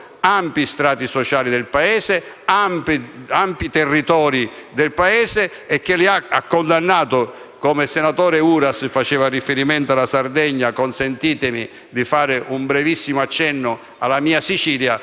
ampi strati sociali del Paese, ampi territori del Paese e che ha condannato - come il senatore Uras ha fatto riferimento alla Sardegna, consentitemi di fare un brevissimo accenno alla mia Sicilia